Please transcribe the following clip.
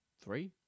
three